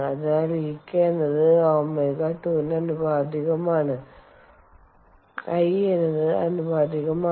അതിനാൽ Ek എന്നത് ω2 ന് ആനുപാതികമാണ് I ന് ആനുപാതികമാണ്